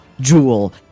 jewel